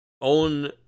own